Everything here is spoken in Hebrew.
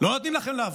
לא נותנים לכם לעבוד.